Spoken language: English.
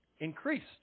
increased